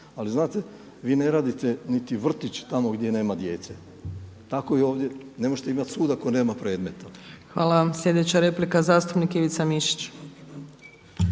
ali znate vi ne radite niti vrtić tamo gdje nema djece. Tako i ovdje, ne možete imati sud ako nema predmeta. **Opačić, Milanka (SDP)** Hvala vama. Sljedeća replika, zastupnik Ivica Mišić.